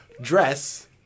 Dress